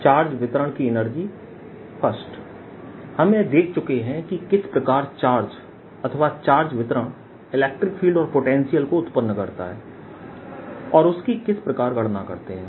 charge वितरण की energy I हम यह देख चुके हैं कि किस प्रकार चार्ज अथवा चार्ज वितरण इलेक्ट्रिक फील्ड और पोटेंशियल को उत्पन्न करता है और उसकी किस प्रकार गणना करते हैं